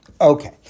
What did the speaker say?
Okay